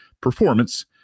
performance